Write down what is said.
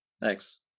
Thanks